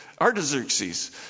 Artaxerxes